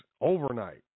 overnight